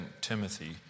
Timothy